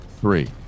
three